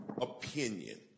opinion